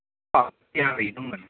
अँ त्यहाँ हेरौँ भनेको